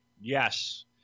Yes